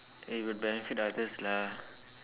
it would benefit others lah